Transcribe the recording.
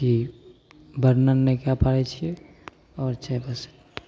ई बर्णन नहि कए पाबैत छियै आओर छै बस